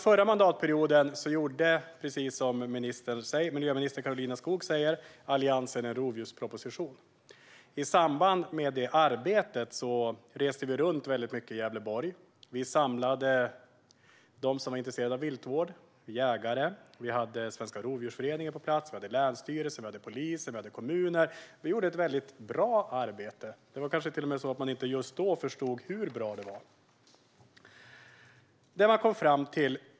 Förra mandatperioden lade Alliansen, precis som miljöminister Karolina Skog säger, fram en rovdjursproposition. I samband med det arbetet reste vi runt mycket i Gävleborg. Vi samlade dem som var intresserade av viltvård - jägare, Svenska Rovdjursföreningen, länsstyrelser, polisen och kommuner. Vi gjorde ett bra arbete. Kanske förstod man inte just då hur bra det var.